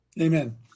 Amen